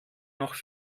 noch